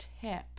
tip